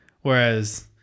Whereas